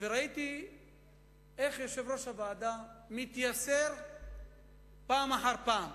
וראיתי איך יושב-ראש הוועדה מתייסר פעם אחר פעם.